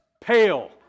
pale